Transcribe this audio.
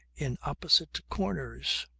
in opposite corners.